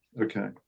Okay